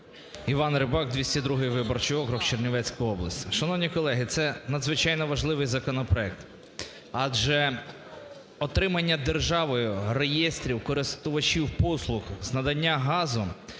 Іван Рибак, 202 виборчий округ, Чернівецька область. Шановні колеги, це надзвичайно важливий законопроект, адже отримання державою реєстрів користувачів послуг з надання газу